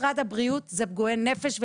משרד הבריאות מטפל במתמודדי נפש.